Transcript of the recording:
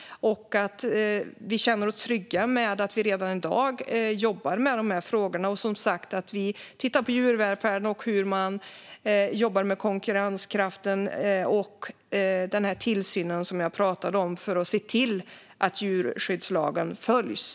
Vi känner oss trygga med att vi redan i dag jobbar med de här frågorna. Vi tittar som sagt på djurvälfärden och hur man jobbar med konkurrenskraften och tillsynen som jag pratade om för att se till att djurskyddslagen följs.